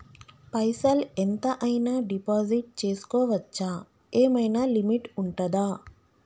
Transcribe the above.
పైసల్ ఎంత అయినా డిపాజిట్ చేస్కోవచ్చా? ఏమైనా లిమిట్ ఉంటదా?